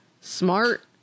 smart